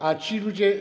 A ci ludzie.